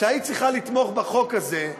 שהיית צריכה לתמוך בחוק הזה,